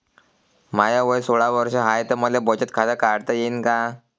माय वय सोळा वर्ष हाय त मले बचत खात काढता येईन का?